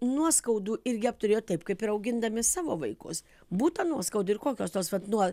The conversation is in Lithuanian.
nuoskaudų irgi apturėjot taip kaip ir augindami savo vaikus būta nuoskaudų ir kokios tos vat nuo